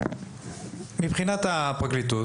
מבחינת הפרקליטות,